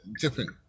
different